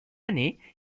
année